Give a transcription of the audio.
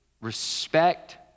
respect